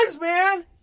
man